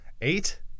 Eight